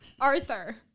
arthur